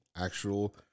actual